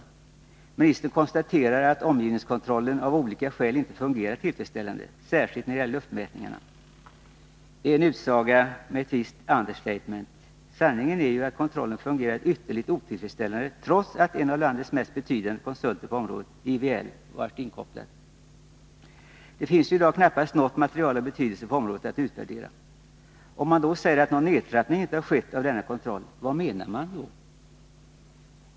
Jordbruksministern konstaterar att omgivningskontrollen av olika skäl inte fungerat tillfredsställande, särskilt när det gäller luftmätningarna. Det är en utsaga med ett visst understatement. Sanningen är ju att kontrollen fungerat ytterligt otillfredsställande, trots att en av landets mest betydande konsulter på området — IVL — varit inkopplad. Det finns ju i dag knappast något material av betydelse på området att utvärdera. Om man säger att någon nedtrappning inte har skett av denna kontroll — vad menar man då?